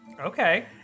Okay